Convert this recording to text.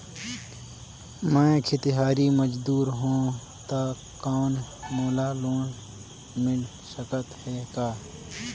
मैं खेतिहर मजदूर हों ता कौन मोला लोन मिल सकत हे का?